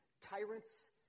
Tyrants